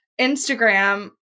Instagram